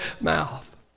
mouth